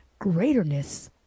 greaterness